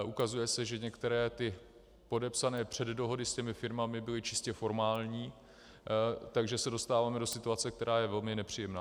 Ukazuje se, že některé podepsané předdohody s firmami byly čistě formální, takže se dostáváme do situace, která je velmi nepříjemná.